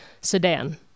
sedan